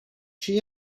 she